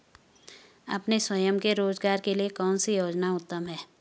अपने स्वयं के रोज़गार के लिए कौनसी योजना उत्तम है?